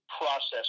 process